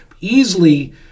easily